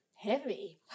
heavy